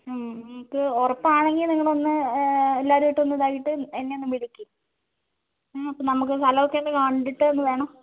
മ്മ് ഇനിയിപ്പോൾ ഉറപ്പാണെങ്കിൽ നിങ്ങളൊന്ന് എല്ലാവരുമായിട്ടൊന്ന് ഇതായിട്ട് എന്നെ ഒന്ന് വിളിക്ക് അപ്പോൾ നമുക്ക് സ്ഥലം ഒക്കെ ഒന്ന് കണ്ടിട്ടൊന്നു വേണം